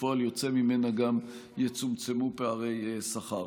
וכפועל יוצא ממנה גם יצומצמו פערי שכר.